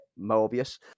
Mobius